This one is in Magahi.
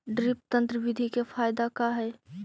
ड्रिप तन्त्र बिधि के फायदा का है?